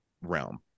realm